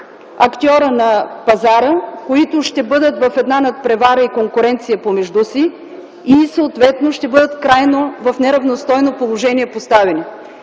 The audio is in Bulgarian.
актьори на пазара, които ще бъдат в една надпревара и конкуренция помежду си, и съответно ще бъдат поставени в крайно неравностойно положение.